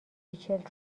ریچل